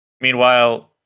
meanwhile